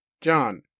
John